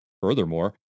Furthermore